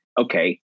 okay